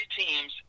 teams